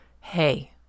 Hey